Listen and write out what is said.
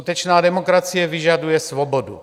Skutečná demokracie vyžaduje svobodu.